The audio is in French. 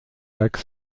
lac